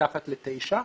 מתחת ל-9.